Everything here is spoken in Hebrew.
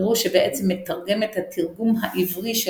פירוש שבעצם מתרגם את התרגום העברי של